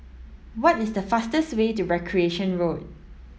what is the fastest way to Recreation Road